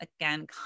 again